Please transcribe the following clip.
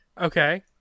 Okay